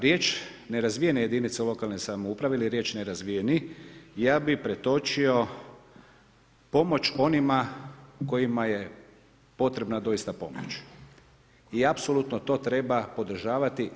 Riječ nerazvijene jedinice lokalne samouprave ili riječ „nerazvijeni“ ja bih pretočio pomoć onima kojima je potrebna doista pomoć i apsolutno to treba podržavati.